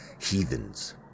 heathens